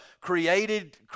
created